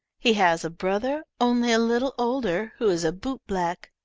he has a brother only a little older, who is a bootblack.